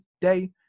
day